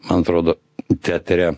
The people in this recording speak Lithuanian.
man atrodo teatre